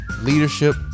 leadership